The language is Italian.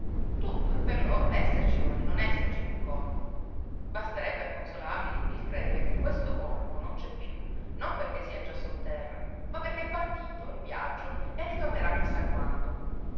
tutto è per loro l'esserci o il non esserci d'un corpo basterebbe a consolarli il credere che questo corpo non c'è più non perché sia già sotterra ma perché è partito in viaggio e ritornerà chi sa quando